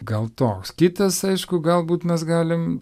gal toks kitas aišku galbūt mes galim